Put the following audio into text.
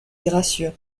gracieux